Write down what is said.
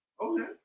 Okay